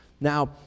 Now